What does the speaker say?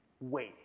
wait